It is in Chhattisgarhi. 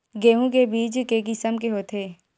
गेहूं के बीज के किसम के होथे?